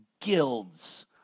guilds